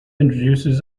introduces